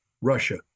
Russia